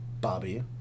Bobby